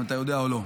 אם אתה יודע או לא,